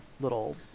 little